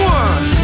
one